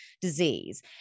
disease